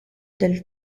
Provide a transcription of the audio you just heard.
del